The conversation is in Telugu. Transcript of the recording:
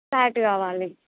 ఫ్లాట్ కావాలి